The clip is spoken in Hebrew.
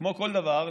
כמו כל דבר,